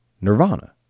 nirvana